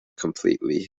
completely